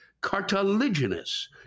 cartilaginous